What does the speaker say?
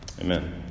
Amen